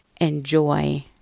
enjoy